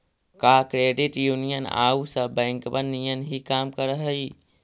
का credit union आउ सब बैंकबन नियन ही काम कर हई?